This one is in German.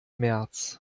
märz